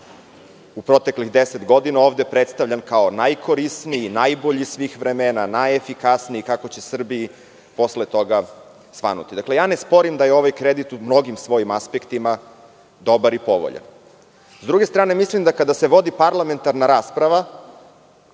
u proteklih 10 godina, ovde predstavljan kao najkorisniji, najbolji svih vremena, najefikasniji, kako će Srbiji posle toga svanuti. Ne sporim da je ovaj kredit u mnogim svojim aspektima dobar i povoljan.S druge strane, mislim da kada se vodi parlamentarna rasprava